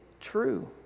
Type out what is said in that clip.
true